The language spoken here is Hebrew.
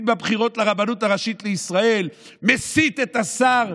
בבחירות לרבנות הראשית לישראל והוא מסית את השר,